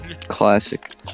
Classic